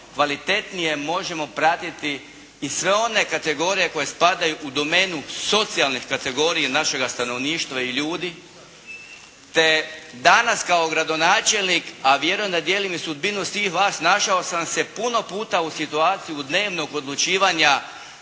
kvalitetnije možemo pratiti i sve one kategorije koje spadaju u domenu socijalne kategorije našega stanovništva i ljudi te danas kao gradonačelnik a vjerujem da dijelim sudbinu svih vas našao sam se puno puta u situaciji dnevnog odlučivanja